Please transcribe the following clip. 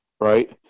right